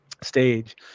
stage